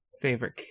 favorite